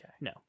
No